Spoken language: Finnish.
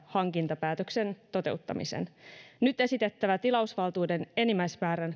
hankintapäätöksen toteuttamisen nyt esitettävä tilausvaltuuden enimmäismäärän